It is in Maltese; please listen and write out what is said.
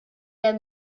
hemm